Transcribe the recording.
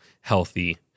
healthy